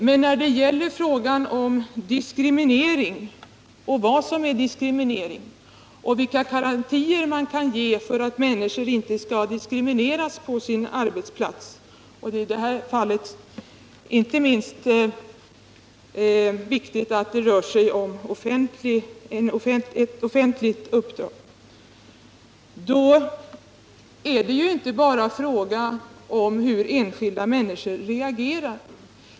Men när det gäller vad som är diskriminering och vilka garantier man kan ge för att människor inte skall diskrimineras på sin arbetsplats — och det är i det här fallet viktigt att det rör sig om offentlig verksamhet — då är det inte bara fråga om hur enskilda människor reagerar.